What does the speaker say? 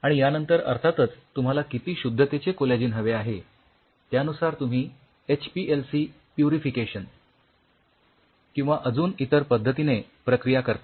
आणि यानंतर अर्थातच तुम्हाला किती शुद्धतेचे कोलॅजिन हवे आहे त्यानुसार तुम्ही एचपीएलसी प्युरिफिकेशन किंवा अजून इतर पद्धतीने प्रक्रिया करता